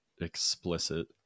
explicit